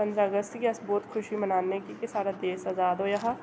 पंदरां अगस्त गी अस बोह्त खुशी मनाने कि के साढ़ा देश अजाद होएया हा